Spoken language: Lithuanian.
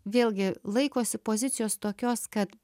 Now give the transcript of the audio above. vėlgi laikosi pozicijos tokios kad